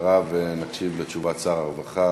ואחריו נקשיב לתשובת שר הרווחה,